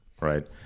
right